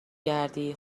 گردی